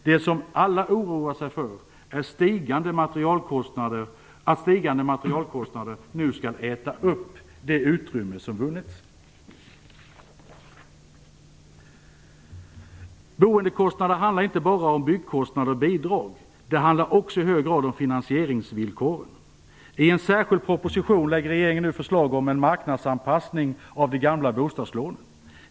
Det som alla oroar sig för är att stigande materialkostnader nu skall äta upp det utrymme som vunnits. Boendekostnader handlar inte bara om byggkostnader och bidrag. Det handlar också i hög grad om finansieringsvillkoren. I en särskild proposition lägger regeringen nu fram förslag om en marknadsanpassning av de gamla bostadslånen.